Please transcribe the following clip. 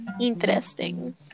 Interesting